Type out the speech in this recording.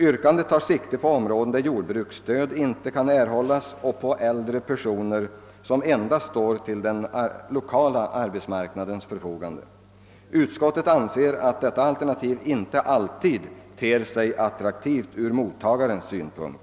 Yrkandet tar sikte på områden där ett jordbruksstöd inte kan erhållas och på äldre personer som endast står till den lokala arbetsmarknadens förfogande. Utskottet anser att detta alternativ inte alltid ter sig attraktivt ur mottagarens synpunkt.